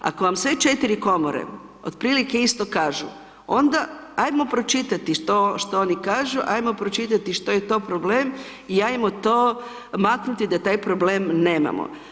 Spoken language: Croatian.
Ako vam sve 4 komore otprilike isto kažu, onda ajmo pročitat što oni kažu, ajmo pročitati što je to problem i ajmo to maknuti da taj problem nemamo.